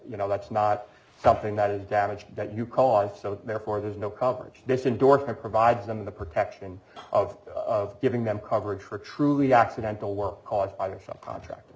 you know that's not something that is damage that you caused so therefore there's no coverage this indorsement provides them the protection of giving them coverage for truly accidental work caused by some contract